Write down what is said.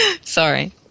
Sorry